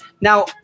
Now